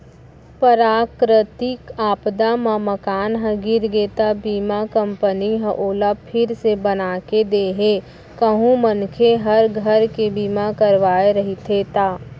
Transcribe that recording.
पराकरितिक आपदा म मकान ह गिर गे त बीमा कंपनी ह ओला फिर से बनाके देथे कहूं मनखे ह घर के बीमा करवाय रहिथे ता